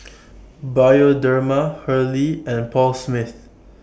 Bioderma Hurley and Paul Smith